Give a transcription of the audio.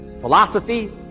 Philosophy